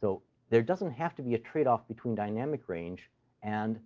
so there doesn't have to be a trade-off off between dynamic range and